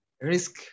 risk